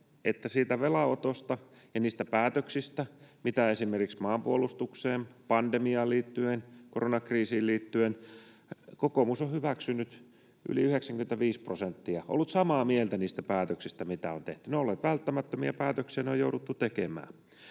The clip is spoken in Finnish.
että velanotosta ja päätöksistä esimerkiksi maanpuolustukseen, pandemiaan ja koronakriisiin liittyen kokoomus on hyväksynyt yli 95 prosenttia — ollut samaa mieltä niistä päätöksistä, mitä on tehty. Ne ovat olleet välttämättömiä päätöksiä, ne on jouduttu tekemään.